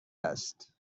است